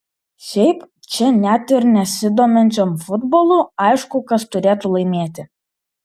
šiaip čia net ir nesidominčiam futbolu aišku kas turėtų laimėti